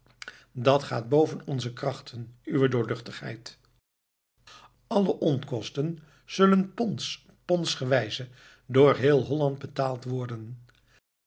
dat gaat boven onze krachten uwe doorluchtigheid alle onkosten zullen ponds pondsgewijze door heel holland betaald worden